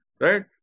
Right